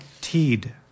Teed